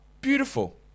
Beautiful